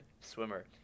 swimmer